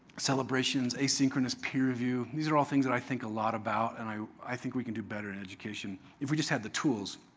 celebrations, asynchronous peer review, these are all things that i think a lot about. and i i think we can do better in education if we just had the tools.